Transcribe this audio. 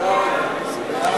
חוק